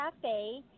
Cafe